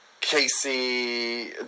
Casey